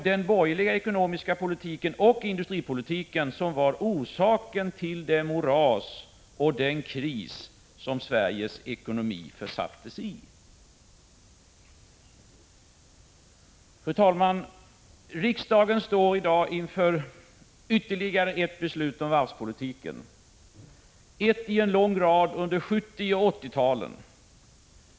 Den borgerliga ekonomiska politiken, och industripolitiken, var ju orsaken till det moras som uppstod och den kris som Sveriges ekonomi försattes i. Fru talman! Riksdagen står i dag inför ytterligare ett beslut om varvspolitiken -— ett i en lång rad under 70 och 80-talen.